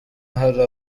hari